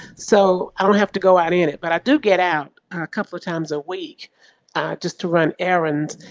so i don't have to go out in it, but i do get out a couple of times a week just to run errands.